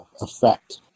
effect